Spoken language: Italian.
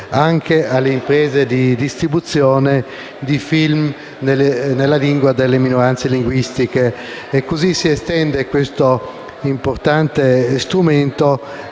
anche alle imprese di distribuzione di film nella lingua delle minoranze linguistiche. Questo importante strumento